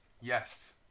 Yes